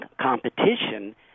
competition